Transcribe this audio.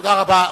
תודה רבה.